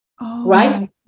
Right